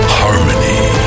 harmony